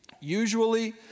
Usually